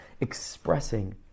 expressing